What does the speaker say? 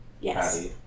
yes